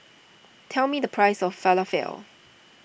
tell me the price of Falafel